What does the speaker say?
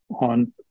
on